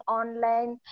online